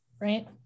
right